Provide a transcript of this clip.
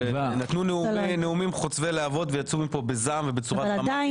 נתנו נאומים חוצבי להבות ויצאו מכאן בזעם ובצורה דרמטית